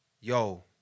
yo